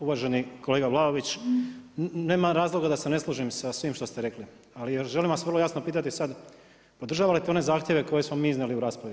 Uvaženi kolega Vlaović, nema razloga da se ne složim sa svime što ste rekli ali želim vas vrlo jasno pitati sada podržavate li one zahtjeve koje smo mi iznijeli u raspravi?